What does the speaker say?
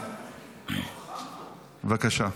בבקשה.